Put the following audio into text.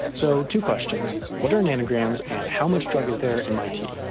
so, two questions what are nanograms and how much drug is there in my tea.